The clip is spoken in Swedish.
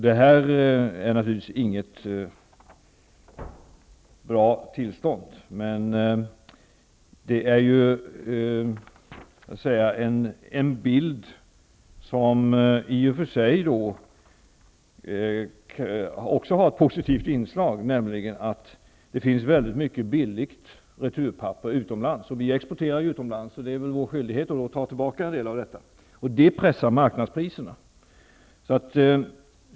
Det här är naturligtvis inget bra tillstånd. Men det är en bild som i och för sig också har ett positivt inslag, nämligen att det finns väldigt mycket returpapper utomlands som är billigt. Eftersom vi exporterar utomlands är det väl vår skyldighet att ta tillbaka en del av detta. Det pressar marknadspriserna.